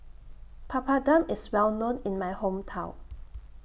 Papadum IS Well known in My Hometown